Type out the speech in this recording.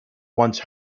once